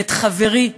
ואת חברי,